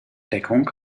deckung